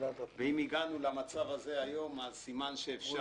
ואם הגענו למצב הזה היום אז סימן שאפשר.